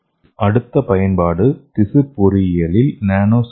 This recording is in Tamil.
அடுத்த பயன்பாடு திசு பொறியியலில் நானோ சாதனங்கள்